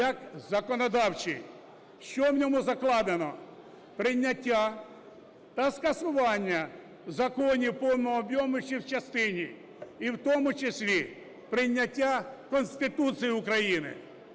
як законодавчий. Що у ньому закладено? Прийняття та скасування законів в повному об'ємі чи в частині і в тому числі прийняття Конституції України.